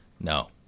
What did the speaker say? No